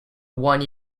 one